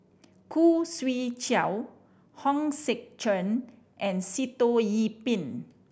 Khoo Swee Chiow Hong Sek Chern and Sitoh Yih Pin